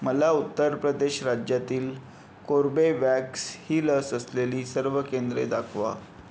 मला उत्तर प्रदेश राज्यातील कोर्बेवॅक्स ही लस असलेली सर्व केंद्रे दाखवा